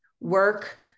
work